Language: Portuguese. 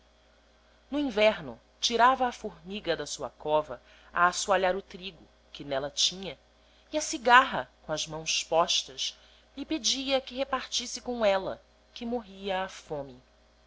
o inverno tirava a formiga da sua cova a assoalhar o trigo que nella tinha e a cigarra com as maoç postas lhe pedia oue repartisse com eija que morria á fóme